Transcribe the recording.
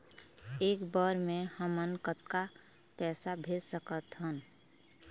एक बर मे हमन कतका पैसा भेज सकत हन?